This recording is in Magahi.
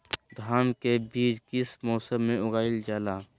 धान के बीज किस मौसम में उगाईल जाला?